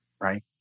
Right